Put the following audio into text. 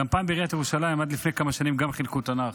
גם עד לפני כמה שנים בעיריית ירושלים גם חילקו תנ"ך,